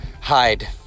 hide